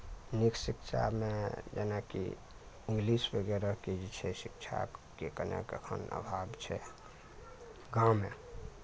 नीक शिक्षामे जेनाकि इंग्लिश वगैरहके जे छै शिक्षाकके कनेक अखन अभाव छै गाँवमे